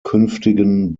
künftigen